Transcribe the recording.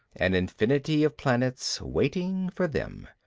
an infinity of planets, waiting for them,